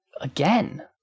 Again